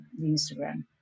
Instagram